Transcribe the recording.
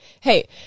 Hey